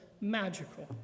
magical